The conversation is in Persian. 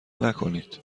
نکنید